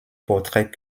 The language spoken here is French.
portrait